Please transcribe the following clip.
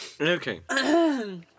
Okay